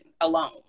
alone